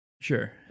Sure